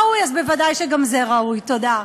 תודה רבה,